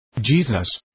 Jesus